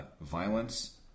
violence